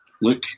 Look